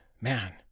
man